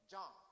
John